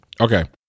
Okay